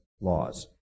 laws